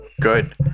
good